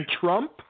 trump